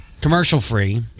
commercial-free